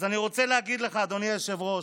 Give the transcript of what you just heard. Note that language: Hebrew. אז אני רוצה להגיד לך, אדוני היושב-ראש,